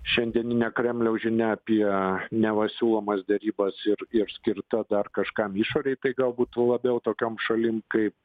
šiandieninė kremliaus žinia apie neva siūlomas derybas ir ir skirta dar kažkam išorėj tai gal būtų labiau tokiom šalims kaip